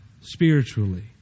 spiritually